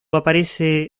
aparece